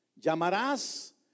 Llamarás